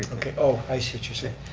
okay, oh, i see what you're saying.